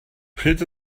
pryd